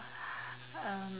um